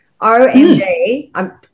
Omg